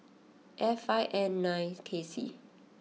F five N nine K C